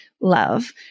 love